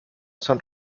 son